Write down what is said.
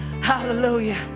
hallelujah